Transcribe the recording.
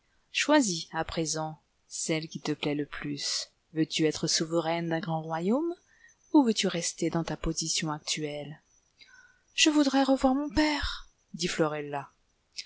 choisis à iircsent celle qui l'a le plus veux lu être souveraine d'un grand royaume ou veux-tu rester dans ta position actuelle je voudrais revoir mon père dit florella